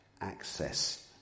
access